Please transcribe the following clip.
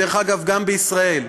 דרך אגב, גם בישראל.